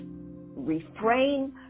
refrain